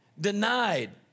denied